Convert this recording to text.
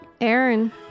aaron